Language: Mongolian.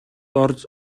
орж